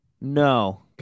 No